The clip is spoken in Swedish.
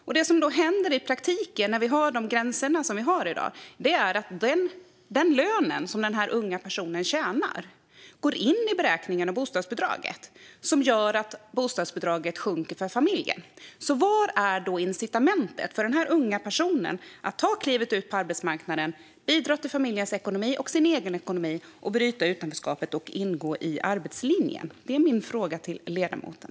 Men det som händer i praktiken när vi har de gränser som vi har i dag är att lönen som den här unga personen tjänar går in i beräkningen av bostadsbidraget, vilket gör att bostadsbidraget sjunker för familjen. Vad är då incitamentet för den här unga personen att ta klivet ut på arbetsmarknaden, bidra till familjens ekonomi och sin egen ekonomi, bryta utanförskapet och ingå i arbetslinjen? Det är min fråga till ledamoten.